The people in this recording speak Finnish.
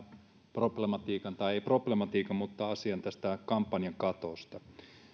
problematiikan tai ei problematiikan mutta asian tästä kampanjakatosta